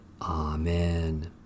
Amen